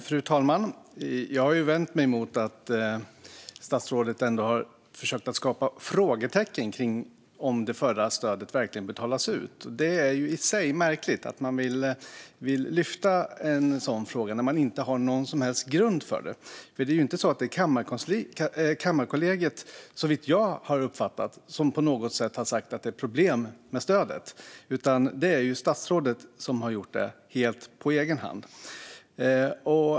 Fru talman! Jag har vänt mig mot att statsrådet försökt skapa frågetecken kring om det förra stödet verkligen betalats ut. Det är i sig märkligt att man vill lyfta en sådan fråga när man inte har någon som helst grund för det. Det är ju inte så att Kammarkollegiet har sagt att det är något problem med stödet, som jag uppfattat saken, utan det har statsrådet gjort helt på egen hand.